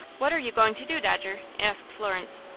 what are you going to do, dodger? asked florence.